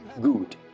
good